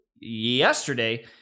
yesterday